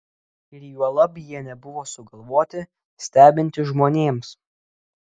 ir juolab jie nebuvo sugalvoti stebinti žmonėms